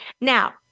Now